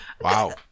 Wow